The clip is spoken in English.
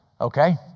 Okay